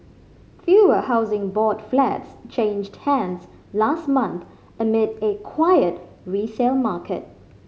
fewer Housing Board flats changed hands last month amid a quiet resale market